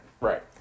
Right